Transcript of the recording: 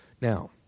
Now